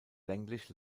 länglich